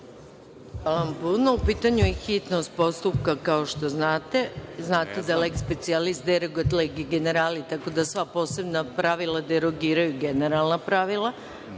Hvala vam puno.U pitanju je hitnost postupka, kao što znate, znate da leh specialis derogat legi generali, tako da sva posebna pravila derogiraju generalna pravila.(Marko